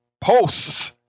posts